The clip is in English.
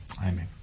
amen